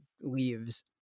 leaves